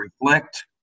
reflect